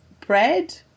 bread